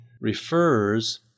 refers